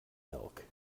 milk